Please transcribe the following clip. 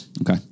okay